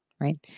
right